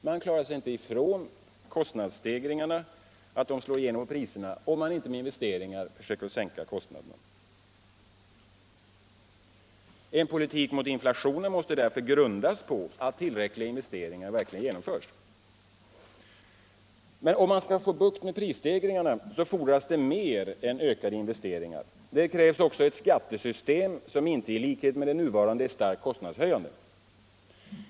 Man klarar sig inte ifrån att kostnadsstegringarna slår igenom på priserna om man inte med investeringar försöker sänka kostnaderna. En politik mot inflationen måste därför grundas på att tillräckliga investeringar verkligen genomförs. Men skall man få bukt med prisstegringarna fordras mer än ökade investeringar. Det krävs också ett skattesystem som inte i likhet med det nuvarande är starkt kostnadshöjande.